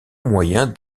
moyen